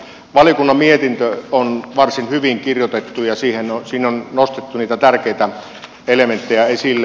valiokunnan mietintö on varsin hyvin kirjoitettu ja siinä on nostettu niitä tärkeitä elementtejä esille